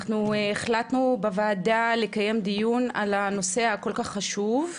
אנחנו החלטנו בוועדה לקיים דיון על הנושא הכל כך חשוב,